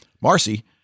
marcy